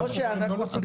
אני אגיד איפה הקושי שלנו.